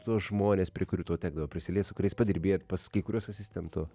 tuos žmones prie kurių tau tekdavo prisiliest su kuriais padirbėt pas kai kuriuos asistentu